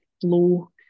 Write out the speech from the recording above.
flow